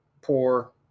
poor